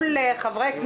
לעבור.